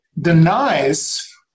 denies